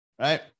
right